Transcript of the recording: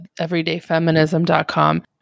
everydayfeminism.com